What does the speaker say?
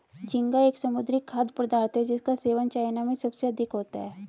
झींगा एक समुद्री खाद्य पदार्थ है जिसका सेवन चाइना में सबसे अधिक होता है